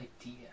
idea